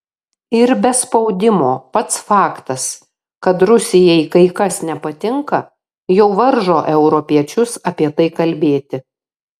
ir be spaudimo pats faktas kad rusijai kai kas nepatinka jau varžo europiečius apie tai kalbėti